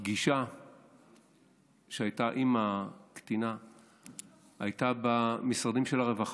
הפגישה שהייתה עם הקטינה הייתה במשרדים של הרווחה.